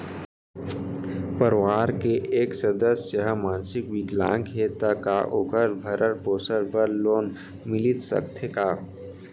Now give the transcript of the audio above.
परवार के एक सदस्य हा मानसिक विकलांग हे त का वोकर भरण पोषण बर लोन मिलिस सकथे का?